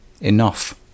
enough